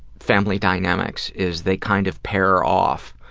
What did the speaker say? family dynamics, is they kind of pair off.